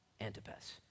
Antipas